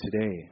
today